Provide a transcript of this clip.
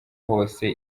hose